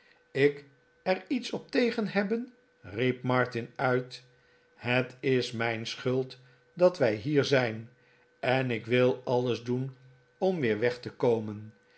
ik er iets op tegen hebben riep martin uit het is mijn schuld dat wij hier zijn en ik wil alles doen om weer weg te komen